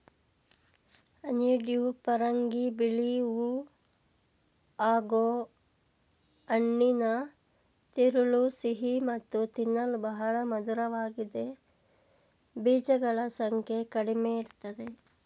honeydew ಪರಂಗಿ ಬಿಳಿ ಹೂ ಹಾಗೂಹೆಣ್ಣಿನ ತಿರುಳು ಸಿಹಿ ಮತ್ತು ತಿನ್ನಲು ಬಹಳ ಮಧುರವಾಗಿದೆ ಬೀಜಗಳ ಸಂಖ್ಯೆ ಕಡಿಮೆಇರ್ತದೆ